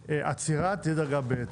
עצירה תהיה דרגה ב'.